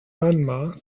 grandma